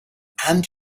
and